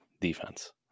defense